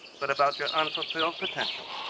but about your unfulfilled potential.